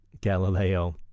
Galileo